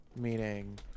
Meaning